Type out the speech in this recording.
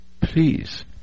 please